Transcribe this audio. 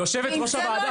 יושבת-ראש הוועדה,